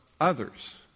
others